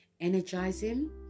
energizing